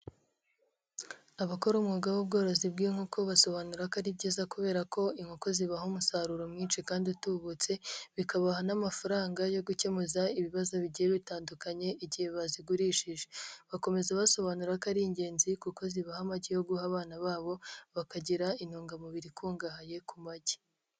Abakora umwuga w'ubworozi bw'inkoko basobanura ko ari byiza kubera ko inkoko zibaha umusaruro mwinshi kandi utubutse, bikabaha n'amafaranga yo gukemura ibibazo bigiye bitandukanye igihe bazigurishije, bakomeza basobanura ko ari ingenzi kuko zibaha amagi yo guha abana babo, bakagira intungamubiri ikungahaye ku magi.